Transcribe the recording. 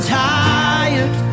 tired